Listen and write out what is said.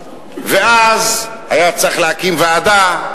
ואז היה צריך להקים ועדה,